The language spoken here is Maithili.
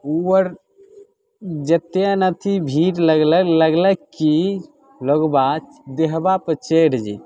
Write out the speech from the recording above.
ओ आर जतेक ने अथी भीड़ लगलै लगलै कि लोग बात देहबा पर चढ़ि जेतै